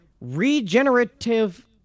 regenerative